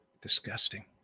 Disgusting